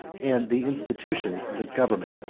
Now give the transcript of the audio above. and the institutions of his government.